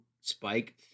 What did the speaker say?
Spike